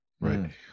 Right